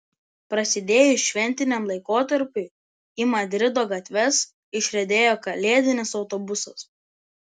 prasidėjus šventiniam laikotarpiui į madrido gatves išriedėjo kalėdinis autobusas